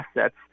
assets